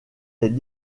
les